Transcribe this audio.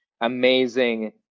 amazing